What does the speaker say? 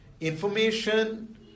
information